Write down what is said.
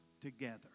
together